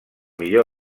millor